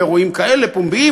באירועים כאלה פומביים,